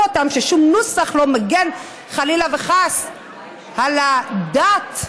אותם ששום נוסח לא מגן חלילה וחס על הדת.